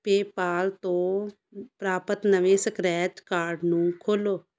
PayPal ਤੋਂ ਪ੍ਰਾਪਤ ਨਵੇਂ ਸਕ੍ਰੈਚ ਕਾਰਡ ਨੂੰ ਖੋਲ੍ਹੋ